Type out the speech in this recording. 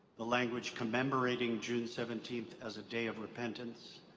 the language, commemorateing june seventeenth as a day of repentance.